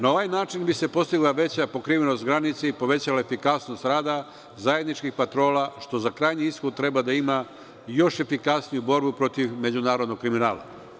Na ovaj način bi se postigla veća pokrivenost granice i povećala efikasnost rada zajedničkih patrola, što za krajnji ishod treba da ima još efikasniju borbu protiv međunarodnog kriminala.